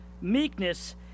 meekness